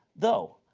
though,